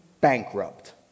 bankrupt